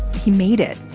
he made it.